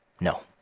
No